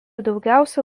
daugiausia